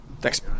Thanks